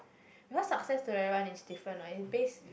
because success to everyone is different ah is base